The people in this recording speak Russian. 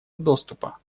доступа